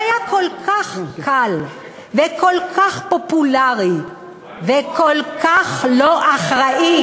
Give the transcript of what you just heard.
והיה כל כך קל וכל כך פופולרי וכל כך לא אחראי,